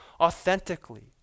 authentically